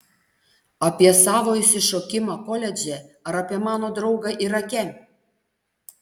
apie savo išsišokimą koledže ar apie mano draugą irake